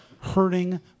hurting